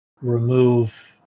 remove